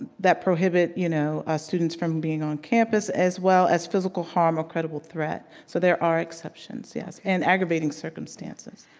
that prohibit you know ah students from being on campus as well as physical harm or credible threat, so there are exceptions, yes, and aggravating circumstances.